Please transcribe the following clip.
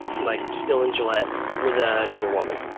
like, still in gillette with ah another woman,